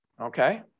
okay